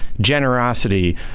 generosity